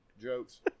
jokes